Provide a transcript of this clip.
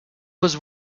was